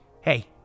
Hey